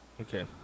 Okay